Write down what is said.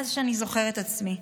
מאז שאני זוכרת את עצמי.